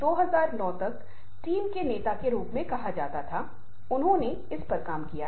तो अच्छी तरह से शरीर की भाषा को बहुत ध्यान से देखा जाना है